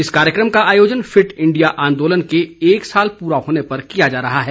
इस कार्यक्रम का आयोजन फिट इंडिया आंदोलन के एक साल पूरा होने पर किया जा रहा है